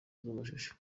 z’amashusho